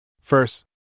First